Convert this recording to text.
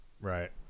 right